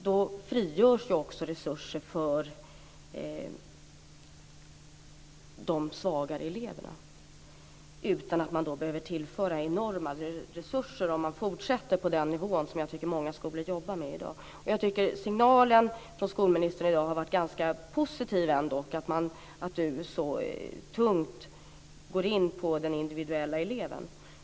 Då frigörs också resurser för de svagare eleverna utan att man behöver tillföra de enorma resurser som behövs om man fortsätter på den nivå som många skolor jobbar på i dag. Jag tycker att signalen från skolministern i dag ändå har varit ganska positiv när hon så starkt betonar den individuella elveven.